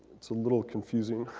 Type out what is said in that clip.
it's a little confusing.